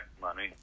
money